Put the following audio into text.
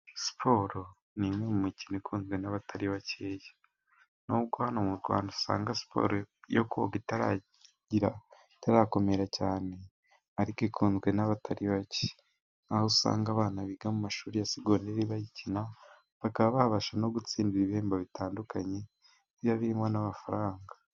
Siporo n'imwe mu mikino ikunzwe n'abatari bakeya, nubwo hano mu rwanda usanga siporo yokoga itaragira itarakomera cyane ariko ikunzwe n'abatari bake, nkaho usanga abantu biga mu mashuri ya segoderi bayikina bakaba babasha no gutsindadi ibihembo bitandukanyeba birimo n'amafaranga.